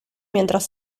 mientras